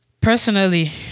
Personally